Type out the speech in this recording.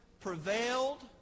prevailed